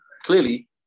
clearly